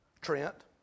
Trent